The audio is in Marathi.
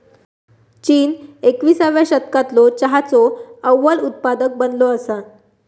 चीन एकविसाव्या शतकालो चहाचो अव्वल उत्पादक बनलो असा